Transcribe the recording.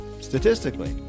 statistically